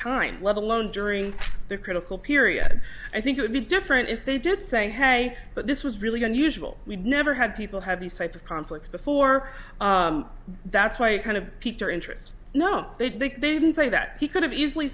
time let alone during the critical period i think it would be different if they did say hey but this was really unusual we never had people have these type of conflicts before that's why it kind of piqued our interest no they think they didn't say that he could have easily